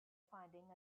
finding